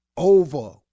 over